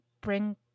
bring